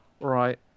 right